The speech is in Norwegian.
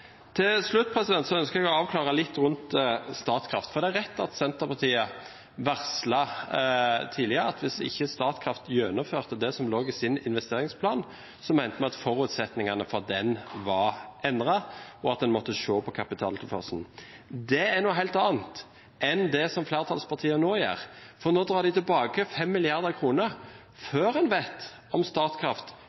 Til slutt ønsker jeg å avklare litt rundt Statkraft. Det er riktig at Senterpartiet varslet tidligere at hvis ikke Statkraft gjennomførte det som lå i investeringsplanen, mente vi at forutsetningene for den var endret, og at en måtte se på kapitaltilførselen. Det er noe helt annet enn det som flertallspartiene nå gjør. Nå drar de tilbake 5 mrd. kr før en vet om Statkraft